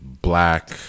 black